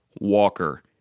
Walker